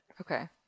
Okay